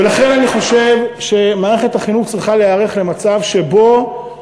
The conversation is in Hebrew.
ולכן אני חושב שמערכת החינוך צריכה להיערך למצב שבו